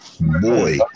boy